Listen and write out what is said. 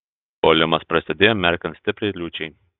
puolimas prasidėjo merkiant stipriai liūčiai